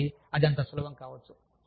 కాబట్టి అది అంత సులభం కావచ్చు